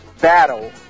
battle